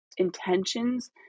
Intentions